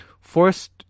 forced